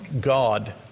God